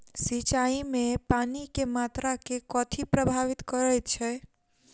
सिंचाई मे पानि केँ मात्रा केँ कथी प्रभावित करैत छै?